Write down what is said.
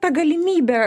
ta galimybė